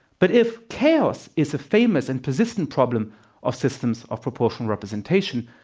but if chaos is famous and persistent problem of systems of proportional representation,